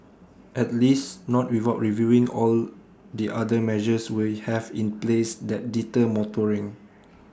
at least not without reviewing all the other measures we have in place that deter motoring